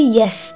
yes